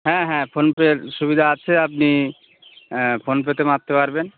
হ্যাঁ হ্যাঁ ফোনপের সুবিধা আছে আপনি ফোনপেতে মারতে পারবেন